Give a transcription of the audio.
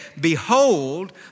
behold